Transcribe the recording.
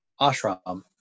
ashram